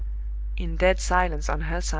in dead silence on her side,